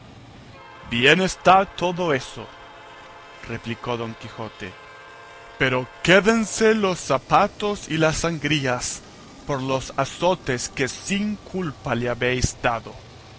está todo eso replicó don quijote pero quédense los zapatos y las sangrías por los azotes que sin culpa le habéis dado